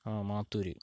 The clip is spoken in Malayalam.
ആ മാത്തൂര്